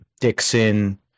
Dixon